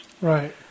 Right